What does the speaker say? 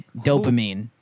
Dopamine